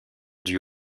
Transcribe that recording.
due